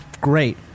great